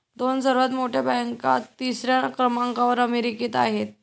दोन सर्वात मोठ्या बँका तिसऱ्या क्रमांकावर अमेरिकेत आहेत